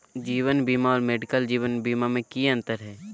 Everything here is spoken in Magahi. जीवन बीमा और मेडिकल जीवन बीमा में की अंतर है?